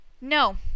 no